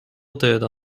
döda